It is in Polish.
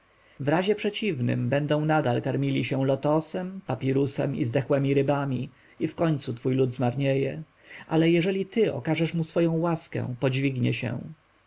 w razie przeciwnym będą i nadal karmili się lotosem papirusem i zdechłemi rybami i wkońcu twój lud zmarnieje ale jeżeli ty okażesz mu swoją łaskę podźwignie się